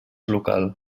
local